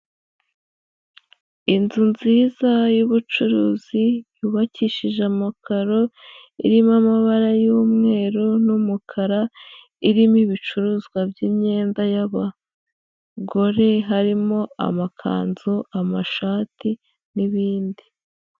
Inzu nziza y'ubucuruzi yubakishije amakaro, irimo amabara y'umweru n'umukara, irimo ibicuruzwa by'imyenda y'abagore, harimo amakanzu, amashati n'ibindi